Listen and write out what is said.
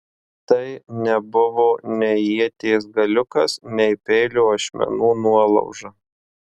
tai nebuvo nei ieties galiukas nei peilio ašmenų nuolauža